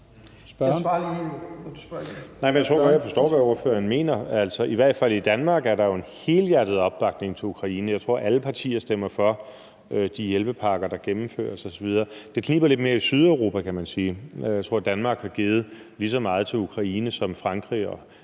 jeg forstår, hvad ordføreren mener. I Danmark er der i hvert fald en helhjertet opbakning til Ukraine. Jeg tror, alle partier stemmer for de hjælpepakker, der gennemføres osv. Det kniber lidt mere i Sydeuropa, kan man sige. Jeg tror, at Danmark har givet lige så meget til Ukraine som Frankrig,